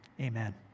Amen